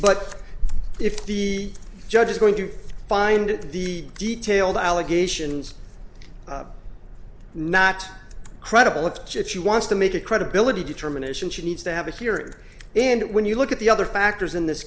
but if the judge is going to find the detailed allegations not credible it's just she wants to make a credibility determination she needs to have it here and when you look at the other factors in this